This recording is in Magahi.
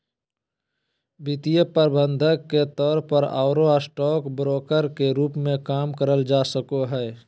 वित्तीय प्रबंधक के तौर पर आरो स्टॉक ब्रोकर के रूप मे काम करल जा सको हई